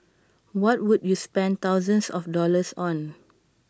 what would you spend thousands of dollars on